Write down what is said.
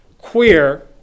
queer